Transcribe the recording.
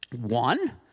One